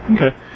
Okay